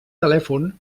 telèfon